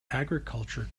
agriculture